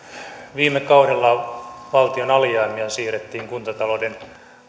viime kaudella valtion alijäämiä siirrettiin kuntatalouden